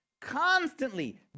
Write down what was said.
constantly